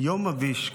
יום מביש,